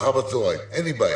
מחר בצוהריים, אין לי בעיה.